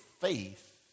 faith